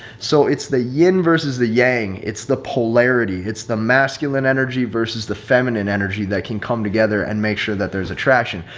so it's the yin versus the yang. it's the polarity. it's the masculine energy versus the feminine energy that can come together and make sure that there's attraction.